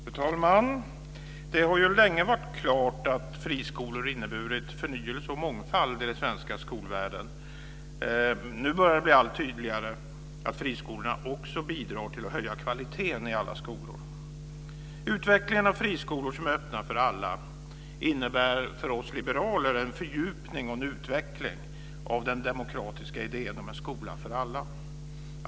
Fru talman! Det har länge varit klart att friskolor inneburit förnyelse och mångfald i den svenska skolvärlden. Nu börjar det bli allt tydligare att friskolorna också bidrar till att höja kvaliteten i alla skolor. Utvecklingen av friskolor som är öppna för alla innebär för oss liberaler en fördjupning och utveckling av den demokratiska idén om en skola för alla.